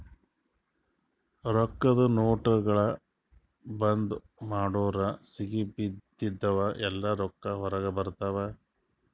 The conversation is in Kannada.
ರೊಕ್ಕಾದು ನೋಟ್ಗೊಳ್ ಬಂದ್ ಮಾಡುರ್ ಸಿಗಿಬಿದ್ದಿವ್ ಎಲ್ಲಾ ರೊಕ್ಕಾ ಹೊರಗ ಬರ್ತಾವ್